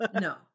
No